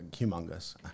humongous